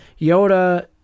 Yoda